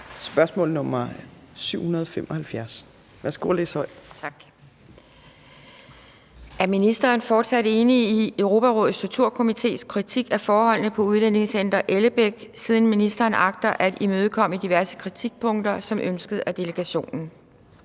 Kl. 15:09 Pia Kjærsgaard (DF): Tak. Er ministeren fortsat enig i Europarådets Torturkomités kritik af forholdene På Udlændingecenter Ellebæk, siden ministeren agter at imødekomme diverse kritikpunkter, som ønsket af delegationen?